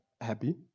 Happy